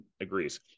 agrees